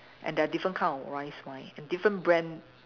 and there are different kind of rice wine and different brand